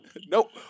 Nope